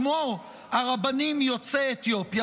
כמו הרבנים יוצא אתיופיה,